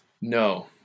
No